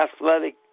athletic